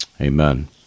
Amen